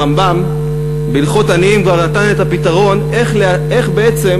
הרמב"ם בהלכות מתנות עניים כבר נתן את הפתרון איך בעצם